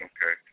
Okay